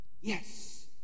Yes